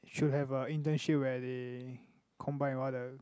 should have a internship where they combine with all the